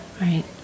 right